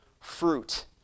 fruit